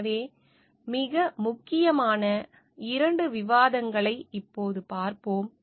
எனவே மிக முக்கியமான இரண்டு விவாதங்களை இப்போது பார்ப்போம்